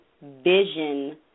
vision